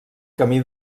camí